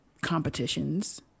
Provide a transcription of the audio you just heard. competitions